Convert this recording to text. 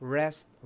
rest